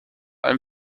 allem